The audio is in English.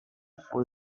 for